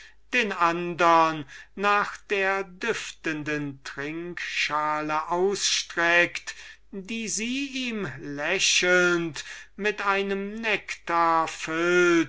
den andern nach der düftenden trinkschale ausstreckt die sie ihm lächelnd voll nektars